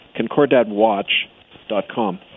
concordatwatch.com